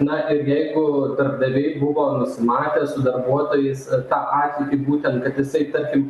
na ir jeigu darbdaviai buvo nusimatę su darbuotojais tą atlygį būtent kad jisai tarkim